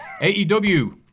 AEW